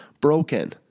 broken